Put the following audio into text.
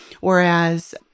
whereas